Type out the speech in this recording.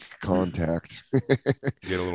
contact